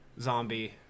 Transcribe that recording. zombie